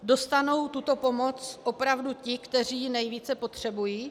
Dostanou tuto pomoc opravdu ti, kteří ji nejvíce potřebují?